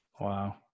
Wow